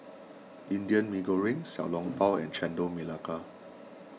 Indian Mee Goreng Xiao Long Bao and Chendol Melaka